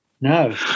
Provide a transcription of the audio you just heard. No